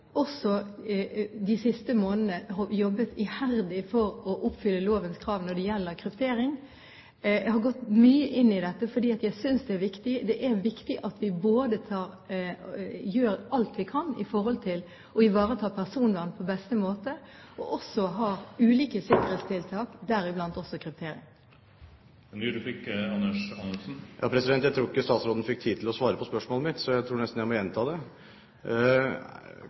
de siste månedene også jobbet iherdig for å oppfylle lovens krav når det gjelder kryptering. Jeg har gått mye inn i dette, fordi jeg synes det er viktig. Det er viktig at vi både gjør alt vi kan for å ivareta personvernet på beste måte, og også har ulike sikkerhetstiltak, deriblant kryptering. Jeg tror ikke statsråden fikk tid til å svare på spørsmålet mitt, så jeg tror nesten jeg må gjenta det.